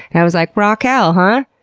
and i was like, raquel, huh?